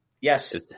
Yes